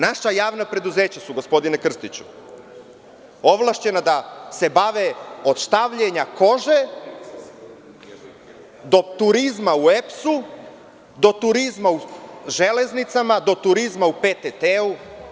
Naša javna preduzeća su, gospodine Krstiću, ovlašćena da se bave od štavljenja kože, do turizma u EPS, do turizma u „Železnicama“ , do turizma u PTT.